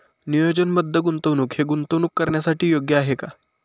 नियोजनबद्ध गुंतवणूक हे गुंतवणूक करण्यासाठी योग्य आहे का?